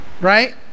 Right